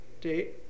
date